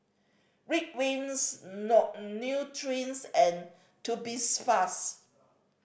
Ridwind Nutren and Tubifast